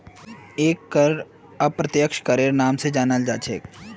एक कर अप्रत्यक्ष करेर नाम स जानाल जा छेक